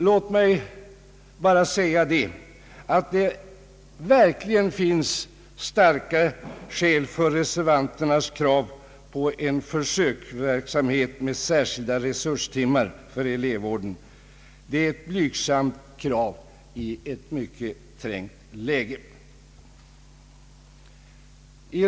Låt mig bara säga att det finns starka skäl för reservanternas krav på en försöksverksamhet med särskilda resurstimmar för elevvården. Det är ett blygsamt krav i ett trängt läge. Jag vill på den punkten ansluta mig till vad herr Mattsson sade när han påpekade hur värdefulla sådana här timmar kan vara, då det gäller för klassföreståndaren att ta hand om eleverna i klassen och hjälpa dem till rätta.